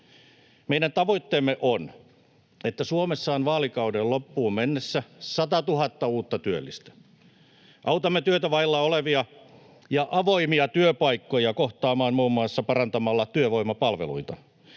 Meidän tavoitteemme on, että Suomessa on vaalikauden loppuun mennessä 100 000 uutta työllistä. Autamme työtä vailla olevia ja avoimia työpaikkoja kohtaamaan muun muassa parantamalla työvoimapalveluita.